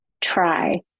try